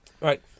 right